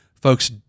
folks